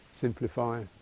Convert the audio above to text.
simplify